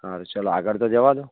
સારું ચાલો આગળ તો જવા દો